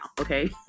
Okay